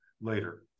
later